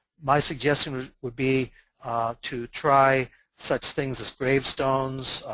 my suggestion would be to try such things as gravestones,